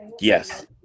Yes